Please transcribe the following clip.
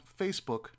Facebook